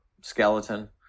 skeleton